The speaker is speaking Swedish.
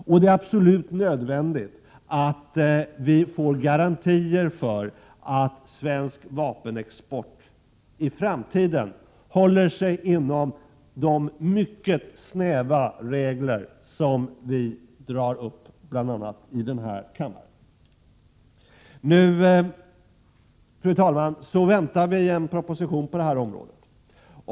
Det är också absolut nödvändigt att vi får garantier för att svensk vapenexport i framtiden håller sig inom de mycket snäva ramar som vi drar upp, bl.a. i denna kammare. Fru talman! Vi väntar nu på en proposition på detta område.